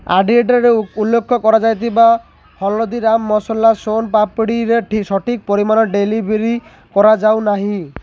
ଅର୍ଡ଼ର୍ଟିରେ ଉଲ୍ଲେଖ କରାଯାଇଥିବା ହଳଦୀରାମ୍ସ୍ ସୋନ୍ ପାମ୍ପୁଡ଼ିର ସଠିକ୍ ପରିମାଣ ଡେଲିଭର୍ କରାଯାଇ ନାହିଁ